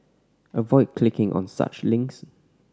avoid clicking on such links